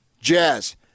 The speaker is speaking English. Jazz